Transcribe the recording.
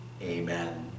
Amen